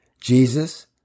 Jesus